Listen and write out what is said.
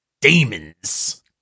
demons